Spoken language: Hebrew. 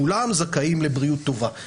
כולם זכאים לבריאות טובה,